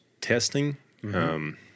testing